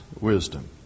wisdom